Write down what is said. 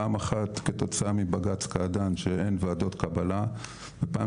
פעם אחת כתוצאה מבג"ץ קעדאן שאין וועדות קבלה ופעם